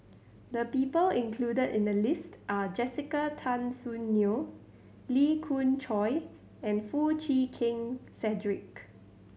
the people included in the list are Jessica Tan Soon Neo Lee Khoon Choy and Foo Chee Keng Cedric